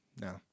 No